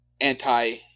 anti